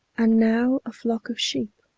and now a flock of sheep,